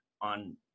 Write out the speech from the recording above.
on